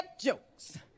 jokes